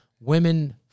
women